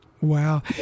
Wow